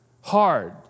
hard